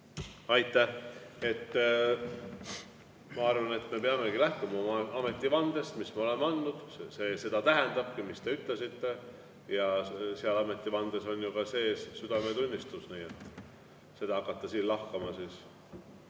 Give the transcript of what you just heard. Aitäh! Ma arvan, et me peamegi lähtuma oma ametivandest, mille me oleme andnud. See seda tähendabki, mis te ütlesite. Ja seal ametivandes on ju ka sees südametunnistus. Seda hakata siin lahkama –